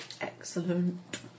Excellent